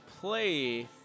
play